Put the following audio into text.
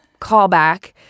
callback